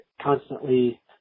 constantly